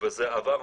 וזה עבר,